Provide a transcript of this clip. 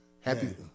Happy